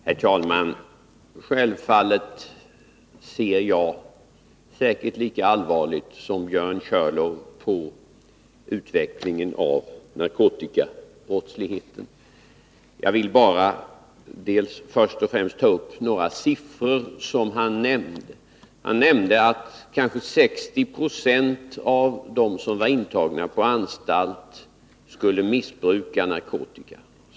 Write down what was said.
Herr talman! Självfallet ser jag lika allvarligt som Björn Körlof på utvecklingen av narkotikabrottsligheten. Jag vill först och främst ta upp några siffror som Björn Körlof nämnde. Han sade att kanske 60 96 av dem som var intagna på anstalt skulle missbruka narkotika.